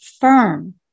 firm